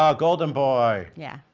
um golden boy! yeah,